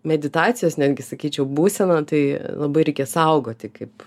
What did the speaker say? meditacijos netgi sakyčiau būseną tai labai reikia saugoti kaip